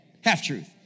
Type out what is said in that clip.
half-truth